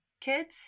kids